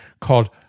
called